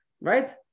Right